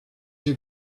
your